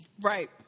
right